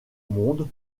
monde